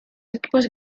equipos